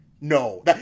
No